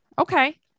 Okay